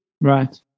Right